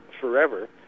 forever